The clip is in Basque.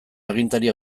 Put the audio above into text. agintari